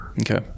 Okay